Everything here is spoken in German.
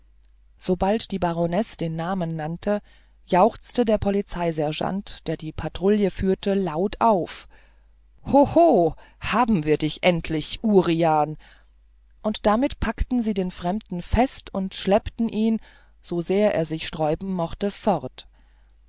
sowie die baronesse den namen nannte jauchzte der polizei-sergeant der die patrouille führte laut auf hoho haben wir dich endlich urian und damit packten sie den fremden fest und schleppten ihn so sehr er sich sträuben mochte fort